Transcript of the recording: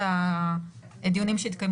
למה הדיון הזה חשוב שיתקיים